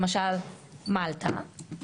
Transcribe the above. למשל מלטה,